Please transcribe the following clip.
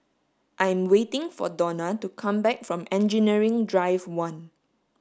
I am waiting for Dona to come back from Engineering Drive one